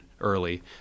early